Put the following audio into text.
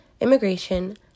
immigration